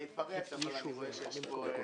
אני אפרט אבל אני רואה שיש כאן